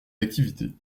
d’activité